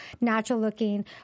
natural-looking